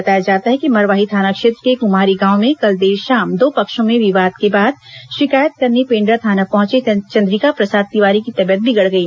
बताया जाता है कि मरवाही थाना क्षेत्र के कुम्हारी गांव में कल देर शाम दो पक्षों में विवाद के बाद शिकायत करने पेंड्रा थाना पहंचे चन्द्रिका प्रसाद तिवारी की तबीयत बिगड़ गई